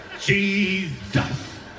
Jesus